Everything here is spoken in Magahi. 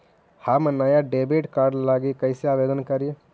हम नया डेबिट कार्ड लागी कईसे आवेदन करी?